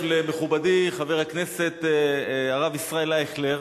למכובדי חבר הכנסת הרב ישראל אייכלר,